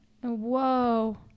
Whoa